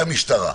והמשטרה.